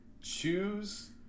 choose